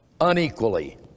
unequally